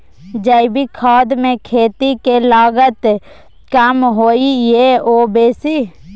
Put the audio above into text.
जैविक खाद मे खेती के लागत कम होय ये आ बेसी?